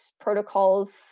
protocols